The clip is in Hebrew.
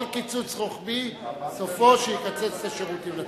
כל קיצוץ רוחבי, סופו שיקצץ את השירותים לציבור.